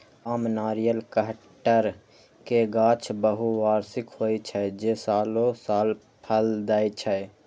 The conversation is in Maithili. आम, नारियल, कहटर के गाछ बहुवार्षिक होइ छै, जे सालों साल फल दै छै